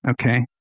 Okay